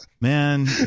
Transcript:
Man